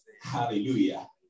Hallelujah